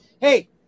Hey